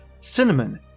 cinnamon